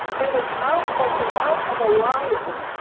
and its mouth like the mouth of a lion,